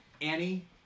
Annie